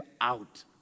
out